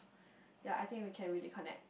ya I think we can really connect